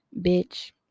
Bitch